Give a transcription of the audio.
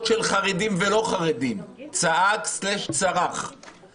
עניין, תעשו חופש הצבעה.